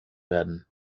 werden